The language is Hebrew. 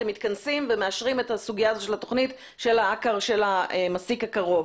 אתם מתכנסים ומאשרים את הסוגיה של העקר של המסיק הקרוב.